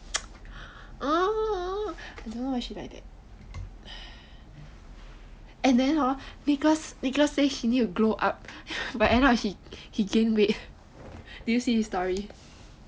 !huh! I don't know why she like that and then hor nicholas say nicholas say she need to glow up but end up he gain weight did you see his story